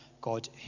God